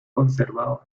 conservado